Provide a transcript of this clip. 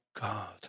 God